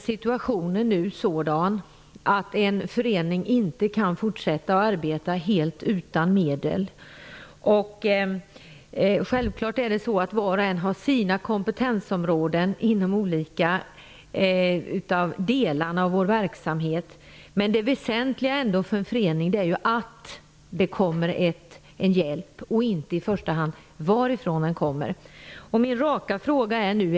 Situationen är nu sådan att föreningen inte kan fortsätta att arbeta helt utan medelstillskott. Självfallet har olika verksamheter olika kompetensområden. Det väsentliga för föreningen är nu att få hjälp, inte i första hand varifrån hjälpen kommer.